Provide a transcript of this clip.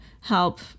help